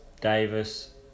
Davis